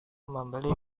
membeli